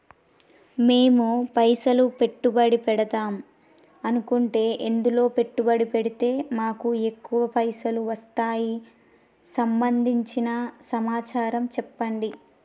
మేము పైసలు పెట్టుబడి పెడదాం అనుకుంటే ఎందులో పెట్టుబడి పెడితే మాకు ఎక్కువ పైసలు వస్తాయి సంబంధించిన సమాచారం చెప్పండి?